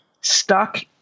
stuck